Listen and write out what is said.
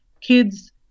kids